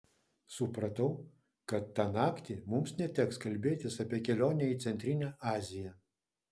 supratau kad tą naktį mums neteks kalbėtis apie kelionę į centrinę aziją